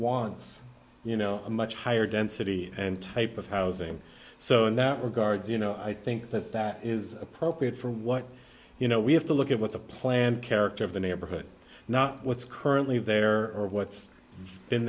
wants you know a much higher density and type of housing so in that regard you know i think that that is appropriate for what you know we have to look at what the plan character of the neighborhood not what's currently there or what's been